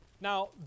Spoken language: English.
Now